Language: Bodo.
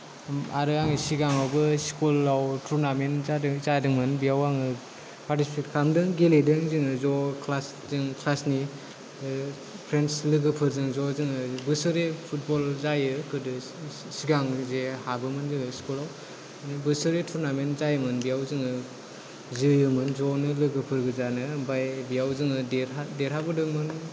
आरो आं सिगाङावबो स्कुलाव टुर्नामेनत जादों जादोंमोन बेयाव आङो पार्तिसिपेत खालामदों गेलेदों जोङो ज' क्लास जों क्लासनि फ्रेन्द्स लोगोफोरजों ज' जोङो बोसोरै फुटबल जायो गोदो सिगां जे हाबोमोन जोङो स्कुलाव माने बोसोरै टुर्नामेन्त जायोमोन बेयाव जोङो जोयोमोन जनो लोगोफोर गोजानो ओमफाय बेयाव जोङो देरहा देरहाबोदोंमोन